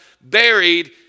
buried